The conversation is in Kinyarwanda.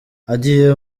agiye